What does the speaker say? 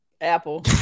Apple